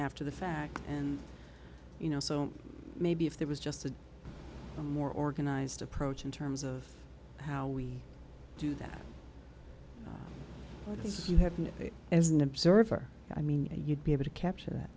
after the fact and you know so maybe if there was just a more organized approach in terms of how we do that as you have been as an observer i mean you'd be able to capture that